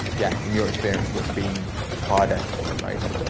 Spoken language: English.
yeah, from your experience, what's been harder to promote?